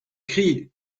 crie